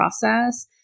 process